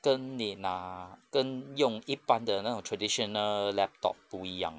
跟你拿跟用一般的那种 traditional laptop 不一样